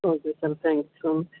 okay sir thank you